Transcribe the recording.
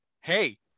Hey